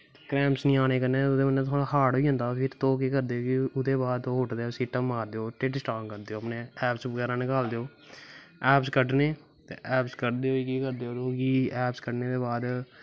Kramers नी आनें कन्नै मतलव थोआड़ा हाड़ होई जंदा तुस केह् करदे कि उठदे सिट्टां मारदे और ढिड स्ट्रांग करदे ऐपस बगैरा नकालदे ओ ऐपस कड्डनें ते ओपस कड्डदे होई केह् करदे ओ कड्डनें दे बाद